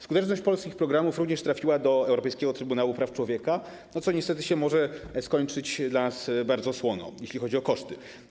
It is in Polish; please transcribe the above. Skuteczność polskich programów również trafiła do Europejskiego Trybunału Praw Człowieka, co niestety może się skończyć dla nas bardzo słono, jeśli chodzi o koszty.